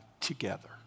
together